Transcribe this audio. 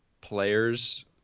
players